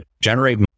generate